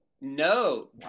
No